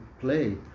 play